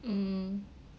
mm